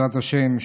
בעזרת השם,